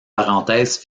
parenthèses